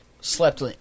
Slept